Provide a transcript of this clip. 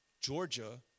Georgia